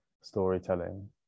storytelling